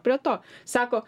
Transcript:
prie to sako